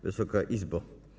Wysoka Izbo!